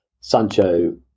Sancho